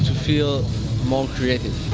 feel more creative.